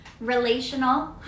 relational